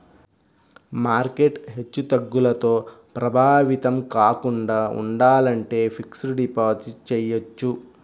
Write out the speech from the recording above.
market హెచ్చుతగ్గులతో ప్రభావితం కాకుండా ఉండాలంటే ఫిక్స్డ్ డిపాజిట్ చెయ్యొచ్చు